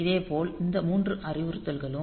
இதேபோல் இந்த மூன்று அறிவுறுத்தல்களும்